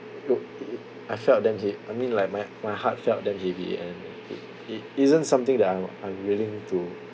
w~ it it I felt damn hea~ I mean like my my heart felt damn heavy and it isn't something that I I'm willing to